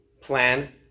plan